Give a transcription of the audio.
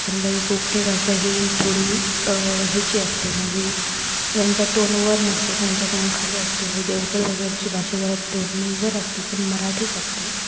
समजा की कोकणी भाषा ही थोडी ह्याची असते म्हणजे त्यांचा टोन वर नसतो त्यांचा टोन खाली असतो हे देवगड वगैरची भाषा जरा टोननी वर असते पण मराठीच असते